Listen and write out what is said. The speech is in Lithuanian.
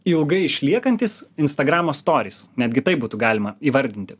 ilgai išliekantis instagramo storis netgi taip būtų galima įvardinti